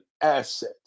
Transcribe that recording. asset